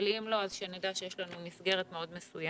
אבל אם לא אז שנדע שיש לנו מסגרת מאוד מסוימת.